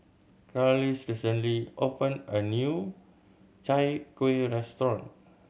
Carlisle recently opened a new Chai Kuih restaurant